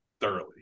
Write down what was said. Thoroughly